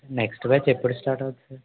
next batch ఎప్పుడు start అవుతుంది